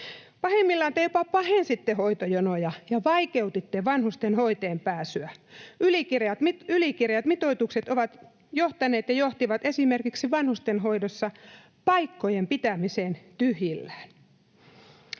Pahimmillaan te jopa pahensitte hoitojonoja ja vaikeutitte vanhusten hoitoonpääsyä. Ylikireät mitoitukset ovat johtaneet ja johtivat esimerkiksi vanhustenhoidossa paikkojen pitämiseen tyhjillään.